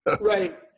Right